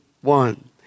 one